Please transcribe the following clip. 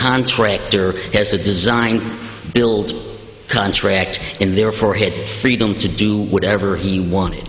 contractor has a design build contract in there for him freedom to do whatever he wanted